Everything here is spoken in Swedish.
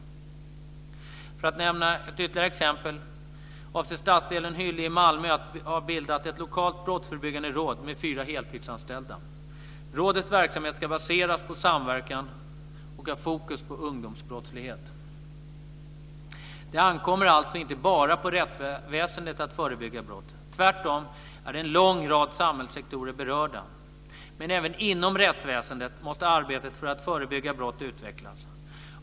För att nämna ett ytterligare exempel kan jag säga att stadsdelen Hyllie i Malmö avser att bilda ett lokalt brottsförebyggande råd med fyra heltidsanställda. Rådets verksamhet ska baseras på samverkan och ha fokus på ungdomsbrottslighet. Det ankommer alltså inte bara på rättsväsendet att förebygga brott. Tvärtom är en lång rad samhällssektorer berörda. Men även inom rättsväsendet måste arbetet för att förebygga brott utvecklas.